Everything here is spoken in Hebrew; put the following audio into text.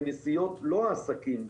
בנסיעות לא העסקים,